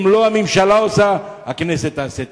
אם הממשלה לא עושה, הכנסת תעשה.